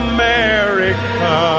America